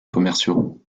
commerciaux